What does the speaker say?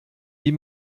wie